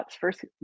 first